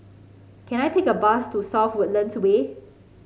can I take a bus to South Woodlands Way